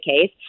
case